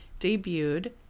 debuted